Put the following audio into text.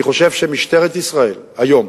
אני חושב שמשטרת ישראל, היום,